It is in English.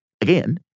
Again